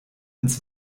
ins